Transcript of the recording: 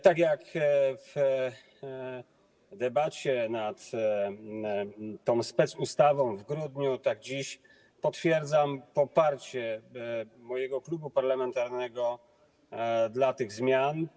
Tak jak w debacie nad tą specustawą w grudniu, tak dziś potwierdzam poparcie mojego klubu parlamentarnego dla tych zmian.